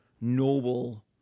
noble